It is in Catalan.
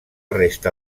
resta